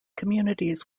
communities